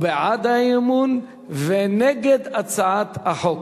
הוא בעד האי-אמון ונגד הצעת החוק.